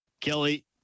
kelly